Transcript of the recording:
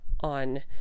on